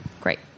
Great